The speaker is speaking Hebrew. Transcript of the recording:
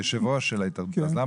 יושב הראש של ההתאחדות.